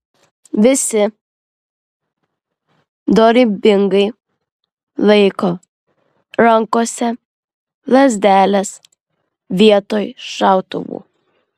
visi dorybingai laiko rankose lazdeles vietoj šautuvų